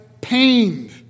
pained